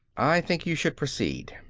i think you should proceed.